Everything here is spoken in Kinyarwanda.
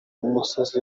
umusazi